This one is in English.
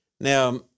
Now